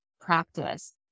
practice